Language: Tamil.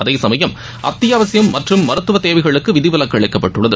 அதேசமயம் அத்தியாவசிய மற்றும் மருத்துவ தேவைகளுக்கு விதிவிலக்கு அளிக்கப்பட்டுள்ளது